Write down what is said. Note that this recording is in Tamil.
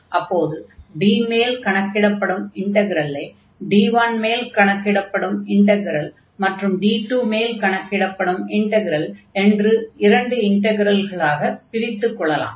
அப்போது D மேல் கணக்கிடப்படும் இன்டக்ரலை D1 மேல் கணக்கிடப்படும் இன்டக்ரல் மற்றும் D2 மேல் கணக்கிடப்படும் இன்டக்ரல் என்று இரண்டு இன்டக்ரல்களாகப் பிரித்துக் கொள்ளலாம்